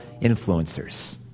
influencers